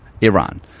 Iran